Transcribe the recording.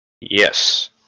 yes